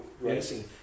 Racing